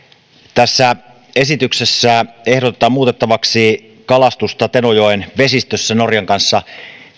tässä esityksessä ehdotetaan muutettavaksi kalastuksesta tenojoen vesistössä norjan kanssa